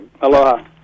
Aloha